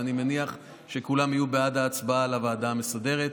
ואני מניח שכולם יהיו בעד ההצעה על הוועדה המסדרת.